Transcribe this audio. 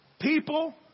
People